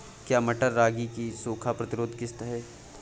क्या मटर रागी की सूखा प्रतिरोध किश्त है?